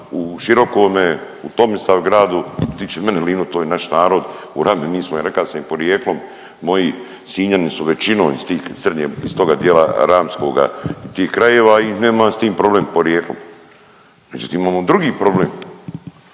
u Širokome, u Tomislavgradu, što se tiče mene Livno to je naš narod, u Rami, mi smo i reka sam im porijeklom, moji Sinjani su većinom iz tih srednje, iz toga dijela ramskoga i tih krajeva i nemam s tim problem porijeklom, međutim imamo drugi problem.